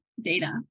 data